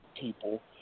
people